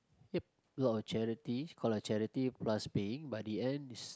yep a lot of charity called a charity but in the end is